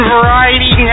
Variety